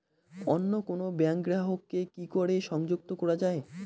অন্য কোনো ব্যাংক গ্রাহক কে কি করে সংযুক্ত করা য়ায়?